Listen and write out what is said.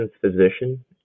physician